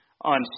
on